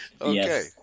Okay